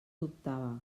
dubtava